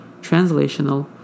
translational